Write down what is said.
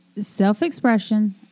self-expression